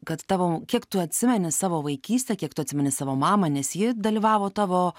kad tavo kiek tu atsimeni savo vaikystę kiek tu atsimeni savo mamą nes ji dalyvavo tavo